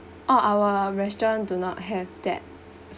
uh our restaurants do not have